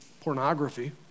pornography